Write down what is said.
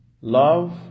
Love